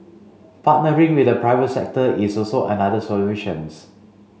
partnering with the private sector is also another solutions